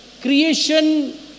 Creation